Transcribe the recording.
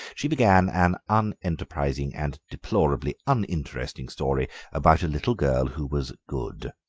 she began an unenterprising and deplorably uninteresting story about a little girl who was good,